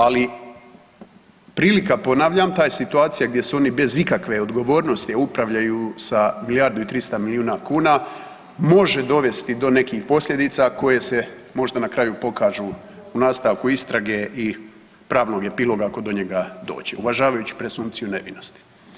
Ali prilika ponavljam ta je situacija gdje su oni bez ikakve odgovornosti a upravljaju sa milijardu i 300 milijuna kuna može dovesti do nekih posljedica koje se možda na kraju pokažu u nastavku istrage i pravnog epiloga ako do njega dođe uvažavajući presumpciju nevinosti.